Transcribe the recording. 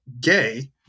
gay